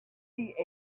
see